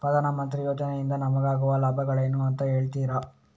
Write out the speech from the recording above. ಪ್ರಧಾನಮಂತ್ರಿ ಯೋಜನೆ ಇಂದ ನಮಗಾಗುವ ಲಾಭಗಳೇನು ಅಂತ ಹೇಳ್ತೀರಾ?